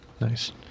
Nice